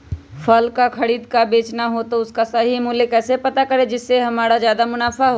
फल का खरीद का बेचना हो तो उसका सही मूल्य कैसे पता करें जिससे हमारा ज्याद मुनाफा हो?